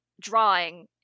drawing